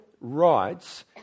writes